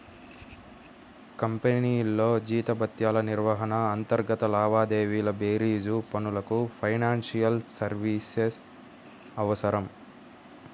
కంపెనీల్లో జీతభత్యాల నిర్వహణ, అంతర్గత లావాదేవీల బేరీజు పనులకు ఫైనాన్షియల్ సర్వీసెస్ అవసరం